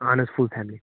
اَہَن حظ full family